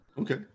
Okay